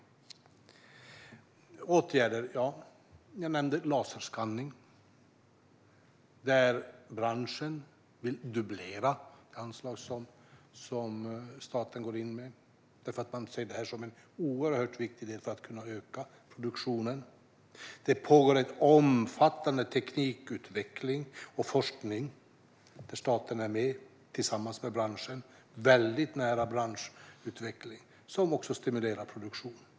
När det gäller åtgärder nämnde jag laserskanning, där branschen vill dubblera det anslag som staten går in med. Man ser detta som en oerhört viktig del för att kunna öka produktionen. Det pågår omfattande teknikutveckling och forskning där staten är med tillsammans med branschen, väldigt nära branschutvecklingen. Detta stimulerar också produktion.